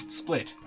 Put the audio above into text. split